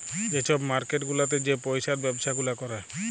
যে ছব মার্কেট গুলাতে যে পইসার ব্যবছা গুলা ক্যরে